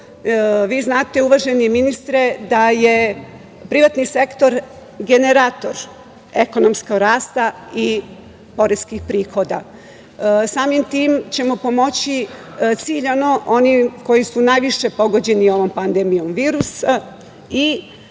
Vi znate, uvaženi ministre, da je privatni sektor generator ekonomskog rasta i poreskih prihoda. Samim tim ćemo pomoći ciljano onima koji su najviše pogođeni ovom pandemijom virusa